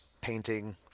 painting